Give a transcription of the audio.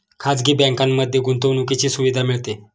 खाजगी बँकांमध्ये गुंतवणुकीची सुविधा मिळते